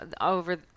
over